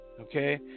okay